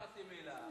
לא דיברתי מלה.